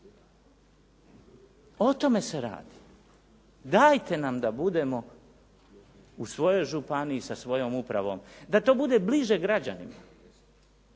O tome se radi. Dajte nam da budemo u svojoj županiji sa svojom upravom, da to bude bliže građanima.